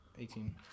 Eighteen